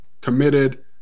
committed